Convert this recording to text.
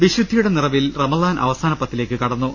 വിശുദ്ധിയുടെ നിറവിൽ റമദാൻ അവസാന പത്തിലേക്ക് കട ന്നു